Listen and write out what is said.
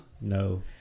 no